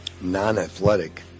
non-athletic